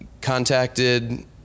contacted